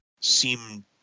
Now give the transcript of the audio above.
seem